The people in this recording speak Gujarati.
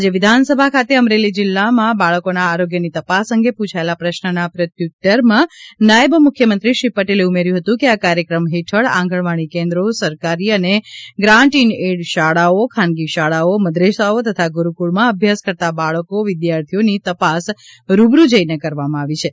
આજે વિધાનસભા ખાતે અમરેલી જિલ્લામાં બાળકોના આરોગ્યની તપાસ અંગે પૂછાયેલાં પ્રશ્નના પ્રત્યુત્તરમાં નાયબ મુખ્યમંત્રી શ્રી પટેલે ઉમેર્થું હતુ કે આ કાર્યક્રમ હેઠળ આંગણવાડી કેન્દ્રો સરકારી અને ગ્રાન્ટ ઈન એઈડ શાળાઓ ખાનગી શાળાઓ મદરેસાઓ તથા ગુરૂફળમાં અભ્યાસ કરતા બાળકો વિદ્યાર્થીઓની તપાસ રૂબરૂ જઇને કરવામાં આવે છે